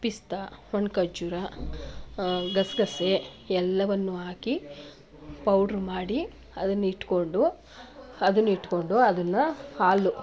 ಪಿಸ್ತಾ ಒಣ ಕರ್ಜೂರ ಗಸೆ ಗಸೆ ಎಲ್ಲವನ್ನೂ ಹಾಕಿ ಪೌಡ್ರ್ ಮಾಡಿ ಅದನ್ನಿಟ್ಕೊಂಡು ಅದನ್ನಿಟ್ಕೊಂಡು ಅದನ್ನು ಹಾಲು